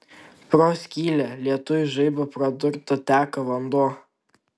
pro skylę lietuj žaibo pradurtą teka vanduo